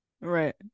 Right